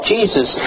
Jesus